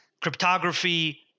cryptography